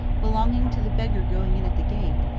belonging to the beggar going in at the gate,